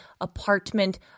apartment